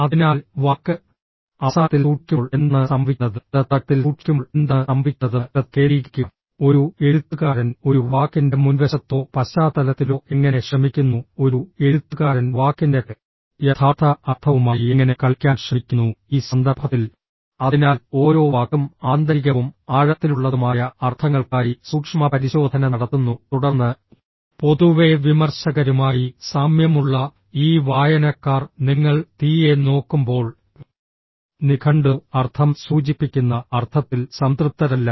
അതിനാൽ വാക്ക് അവസാനത്തിൽ സൂക്ഷിക്കുമ്പോൾ എന്താണ് സംഭവിക്കുന്നത് അത് തുടക്കത്തിൽ സൂക്ഷിക്കുമ്പോൾ എന്താണ് സംഭവിക്കുന്നതെന്ന് ശ്രദ്ധ കേന്ദ്രീകരിക്കുക ഒരു എഴുത്തുകാരൻ ഒരു വാക്കിന്റെ മുൻവശത്തോ പശ്ചാത്തലത്തിലോ എങ്ങനെ ശ്രമിക്കുന്നു ഒരു എഴുത്തുകാരൻ വാക്കിന്റെ യഥാർത്ഥ അർത്ഥവുമായി എങ്ങനെ കളിക്കാൻ ശ്രമിക്കുന്നു ഈ സന്ദർഭത്തിൽ അതിനാൽ ഓരോ വാക്കും ആന്തരികവും ആഴത്തിലുള്ളതുമായ അർത്ഥങ്ങൾക്കായി സൂക്ഷ്മപരിശോധന നടത്തുന്നു തുടർന്ന് പൊതുവെ വിമർശകരുമായി സാമ്യമുള്ള ഈ വായനക്കാർ നിങ്ങൾ തീയെ നോക്കുമ്പോൾ നിഘണ്ടു അർത്ഥം സൂചിപ്പിക്കുന്ന അർത്ഥത്തിൽ സംതൃപ്തരല്ല